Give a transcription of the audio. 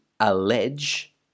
Allege